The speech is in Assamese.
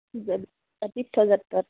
অঁ তীৰ্থ যাত্ৰাত